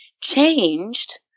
changed